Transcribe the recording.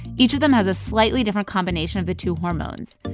each of them has a slightly different combination of the two hormones.